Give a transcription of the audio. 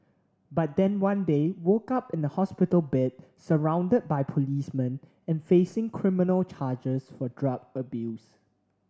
but then one day woke up in a hospital bed surround by policemen and facing criminal charges for drug abuse